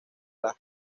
las